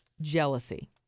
jealousy